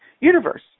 Universe